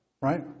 Right